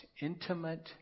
intimate